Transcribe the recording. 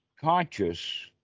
conscious